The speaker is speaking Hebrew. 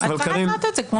צריך לעשות את זה כמו שצריך.